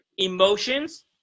emotions